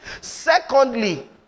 Secondly